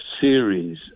series